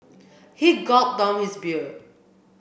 he gulped down his beer